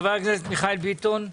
חבר הכנסת מיכאל ביטון.